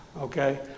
okay